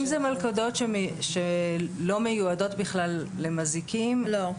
מלכודות שלא מיועדות בכלל מזיקים --- לא.